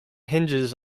hinges